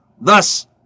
Thus